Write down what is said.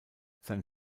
sein